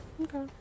Okay